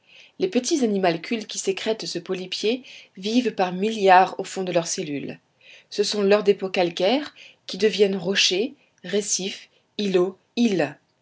les petits animalcules qui sécrètent ce polypier vivent par milliards au fond de leurs cellules ce sont leurs dépôts calcaires qui deviennent rochers récifs îlots îles